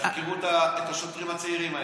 שיחקרו את השוטרים הצעירים האלה?